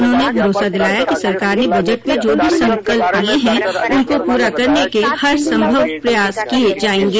उन्होंने भरोसा दिलाया कि सरकार ने बजट में जो भी संकल्प लिए हैं उनको पूरा करने के हर संभव प्रयास किए जाएंगे